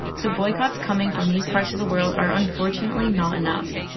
so boycotts coming from these parts of the world are unfortunately not enough.